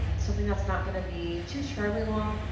um something that's not gonna be too terribly long,